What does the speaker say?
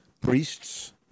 priests